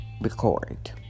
Record